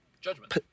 judgment